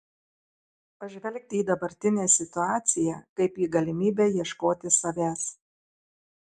pažvelgti į dabartinę situaciją kaip į galimybę ieškoti savęs